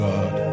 God